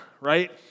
right